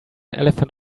elephant